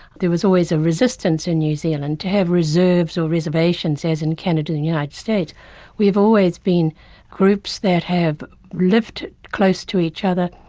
there was always a resistance in new zealand to have reserves or reservations as in canada and the united states we've always been groups that have lived close to each other,